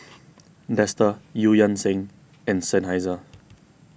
Dester Eu Yan Sang and Seinheiser